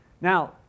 Now